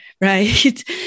right